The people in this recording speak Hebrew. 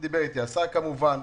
--- דיבר איתי השר כמובן.